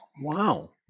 Wow